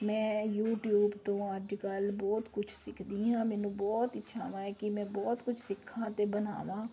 ਮੈਂ ਯੂਟੀਊਬ ਤੋਂ ਅੱਜ ਕੱਲ੍ਹ ਬਹੁਤ ਕੁਛ ਸਿੱਖਦੀ ਹਾਂ ਮੈਨੂੰ ਬਹੁਤ ਇੱਛਾਵਾਂ ਹੈ ਕਿ ਮੈਂ ਬਹੁਤ ਕੁਛ ਸਿੱਖਾਂ ਅਤੇ ਬਣਾਵਾਂ